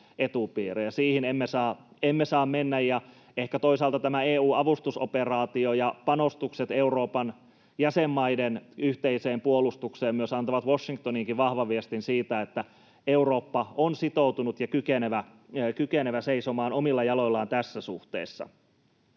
Siihen emme saa mennä. Ja ehkä toisaalta tämä EU:n avustusoperaatio ja panostukset Euroopan jäsenmaiden yhteiseen puolustukseen myös antavat Washingtoniinkin vahvan viestin siitä, että Eurooppa on sitoutunut ja kykenevä seisomaan omilla jaloillaan tässä suhteessa.